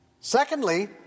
Secondly